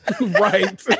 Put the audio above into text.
right